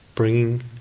bringing